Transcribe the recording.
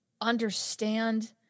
understand